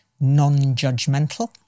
non-judgmental